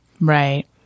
Right